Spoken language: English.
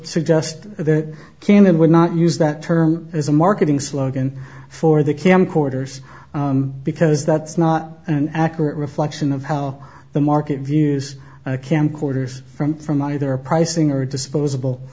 suggest that canon would not use that term as a marketing slogan for the camcorders because that's not an accurate reflection of how the market views camcorders from from either a pricing or disposable